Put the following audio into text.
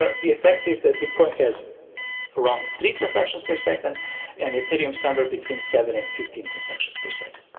ah the effect is that bitcoin has around three transactions per second and ethereum somewhere between seven and fifteen transactions per second,